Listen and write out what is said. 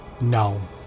No